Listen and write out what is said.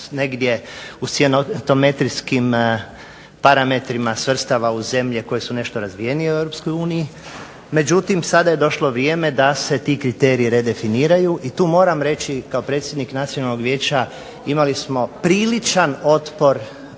negdje u sjenotometrijskim parametrima svrstava u zemlje koje su nešto razvijenije u EU, međutim sada je došlo vrijeme da se ti kriteriji redefiniraju i tu moram reći kao predsjednik Nacionalnog vijeća imali smo priličan otpor